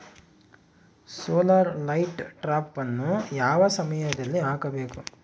Solar light ಟ್ರಾಪನ್ನು ಯಾವ ಸಮಯದಲ್ಲಿ ಹಾಕಬೇಕು?